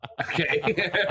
Okay